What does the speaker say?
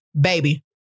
baby